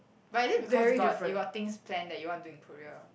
but is it because you got you got things plan that you want do in Korea